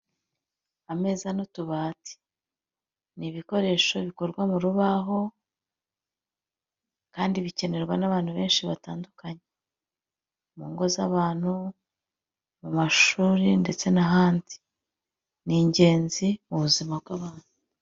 Ameza n'utubati ni ibikoresho bikorwa mu rubaho kandi bikenerwa n'abantu benshi batandukanye. Mu ngo z'abantu, mu mashuri ndetse n'ahandi. Ni ingenzi mu buzima bw'abantu.